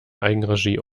eigenregie